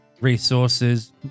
Resources